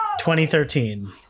2013